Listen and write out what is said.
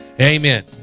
Amen